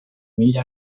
miglia